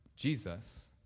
Jesus